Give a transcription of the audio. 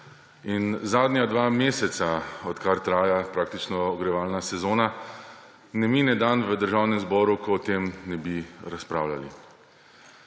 Zadnja dva meseca, odkar traja praktično ogrevalna sezona, ne mine dan v Državnem zboru, ko o tem ne bi razpravljali.